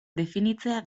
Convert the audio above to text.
definitzea